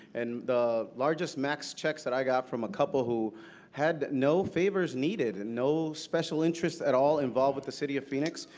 and the largest max checks that i got from a couple who had no favors needs, and no special interest at all involved with the city of phoenix.